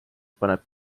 paneb